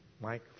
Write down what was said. Mike